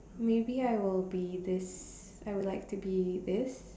maybe I will be this I would like to be this